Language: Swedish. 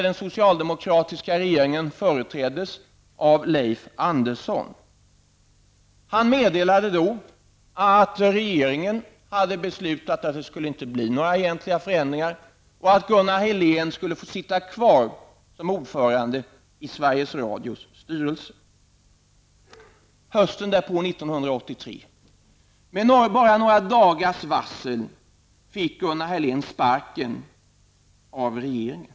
Den socialdemokratiska regeringen företräddes av Leif Andersson. Han meddelade vid detta tillfälle att regeringen hade beslutat att det inte skulle bli några egentliga förändringar och att Gunnar Helén skulle få sitta kvar som ordförande i Sveriges Radios styrelse. Med bara några dagars varsel fick Gunnar Helén hösten 1983 sparken av regeringen.